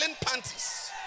panties